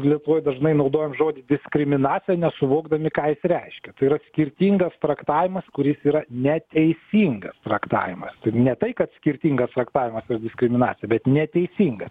lietuvoj dažnai naudojam žodį diskriminacija nesuvokdami ką jis reiškia tai yra skirtingas traktavimas kuris yra neteisingas traktavimas ne tai kad skirtingas traktavimas tas diskriminacija bet neteisingas